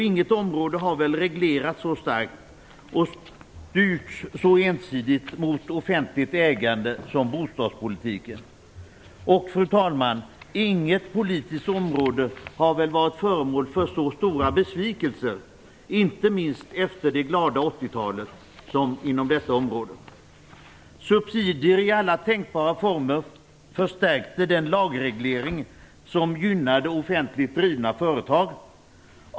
Inget område har väl reglerats så starkt och styrts så ensidigt mot ett offentligt ägande som bostadspolitiken och, fru talman, inget politiskt område har väl varit föremål för så stora besvikelser - inte minst efter det glada 80-talet - som detta område. Subsidier i alla tänkbara former förstärkte den lagreglering som gynnade offentligt drivna företag.